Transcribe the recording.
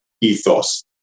ethos